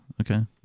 Okay